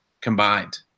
combined